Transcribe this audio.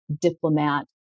diplomat